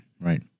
Right